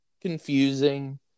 confusing